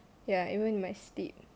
ya even in my sleep